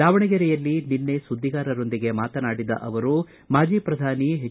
ದಾವಣಗೆರೆಯಲ್ಲಿ ನಿನ್ನೆ ಸುಧ್ವಿಗಾರರೊಂದಿಗೆ ಮಾತನಾಡಿದ ಅವರು ಮಾಜಿ ಪ್ರಧಾನಿ ಎಚ್